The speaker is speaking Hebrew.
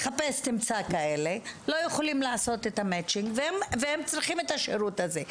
תחפש, תמצא כאלה וצריכות את השירות הזה.